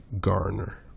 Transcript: Garner